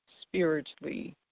spiritually